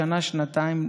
שנה-שנתיים,